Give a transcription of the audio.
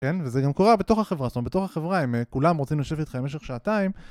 כן וזה גם קורה בתוך החברה, זאת אומרת בתוך החברה, הם כולם רוצים לשבת איתך במשך שעתיים